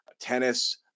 tennis